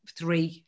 three